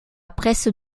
presse